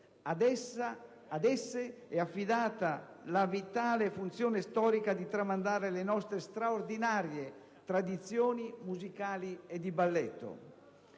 ad esse è affidata la vitale funzione storica di tramandare le nostre straordinarie tradizioni musicali e di balletto.